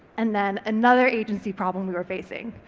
and then another agency problem we were facing,